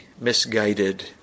misguided